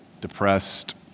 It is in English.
depressed